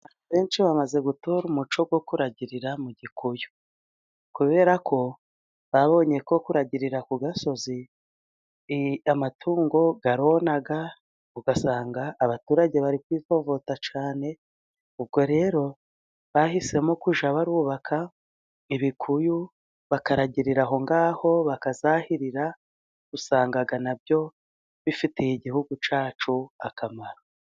Benshi bamaze gutora umuco wo kuragirira mu gikuyu. Kubera ko babonye ko kuragirira ku gasozi, amatungo arona, ugasanga abaturage bari kwivovota cyane, ubwo rero, bahisemo kujya barubaka ibikuyu, bakaragirira aho ngaho, bakazahirira, usanga nabyo bifitiye igihugu cyacu akamaro.